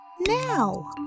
now